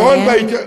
הפתרון, נא לסיים.